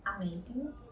amazing